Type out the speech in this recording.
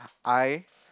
I